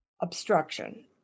obstruction